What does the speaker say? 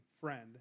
friend